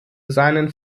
seinen